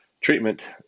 treatment